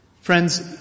Friends